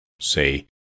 say